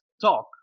talk